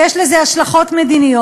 כי יש לזה השלכות מדיניות.